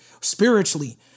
spiritually